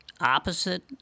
opposite